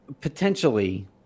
potentially